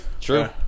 True